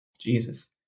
Jesus